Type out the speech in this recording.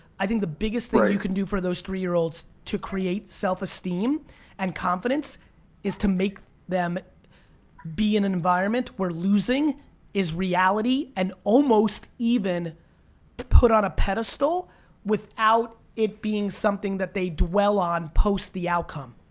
i think the biggest thing you can do for those three-year-olds to create self-esteem and confidence is to make them be in an environment where losing is reality and almost even put on a pedestal without it being something that they dwell on post the outcome.